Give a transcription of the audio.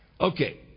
Okay